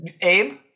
Abe